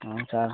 ହଁ ସାର୍